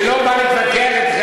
אני לא בא להתווכח אתכם,